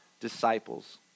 disciples